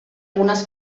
algunes